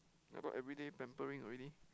I thought everyday pampering already